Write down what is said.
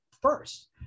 first